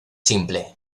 simple